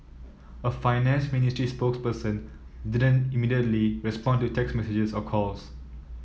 a finance ministry spokesperson didn't immediately respond to text messages or calls